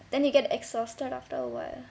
then you get exhausted after awhile